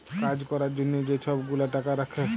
কাজ ক্যরার জ্যনহে যে ছব গুলা টাকা রাখ্যে